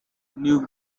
new